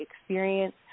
experience